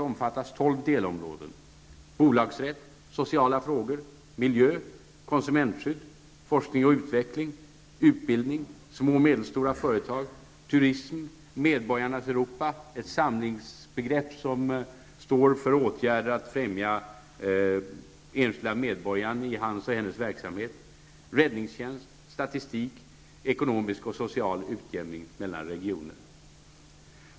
, räddningstjänst, statistik samt ekonomisk och social utjämning mellan regioner.